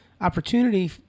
opportunity